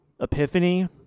epiphany